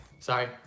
Sorry